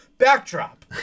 backdrop